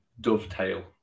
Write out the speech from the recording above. dovetail